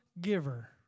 giver